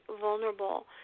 vulnerable